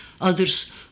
Others